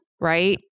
right